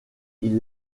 ils